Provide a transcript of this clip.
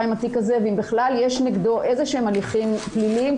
עם התיק הזה ואם בכלל יש נגדו איזה שהם הליכים פליליים.